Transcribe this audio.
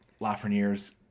Lafreniere's